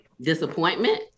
disappointment